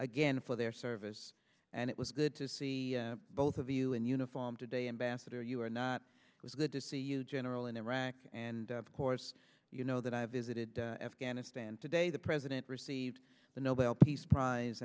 again for their service and it was good to see both of you in uniform today ambassador you are not it was good to see you general in iraq and of course you know that i have visited afghanistan today the president received the nobel peace prize